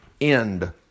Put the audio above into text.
End